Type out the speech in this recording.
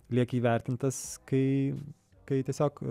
lieki įvertintas kai kai tiesiog